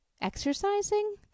exercising